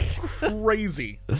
Crazy